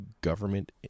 government